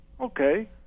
Okay